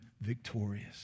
Victorious